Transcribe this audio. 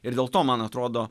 ir dėl to man atrodo